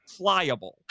flyable